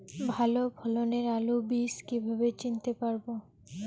ভালো ফলনের আলু বীজ কীভাবে চিনতে পারবো?